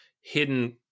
hidden